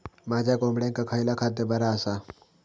माझ्या कोंबड्यांका खयला खाद्य बरा आसा?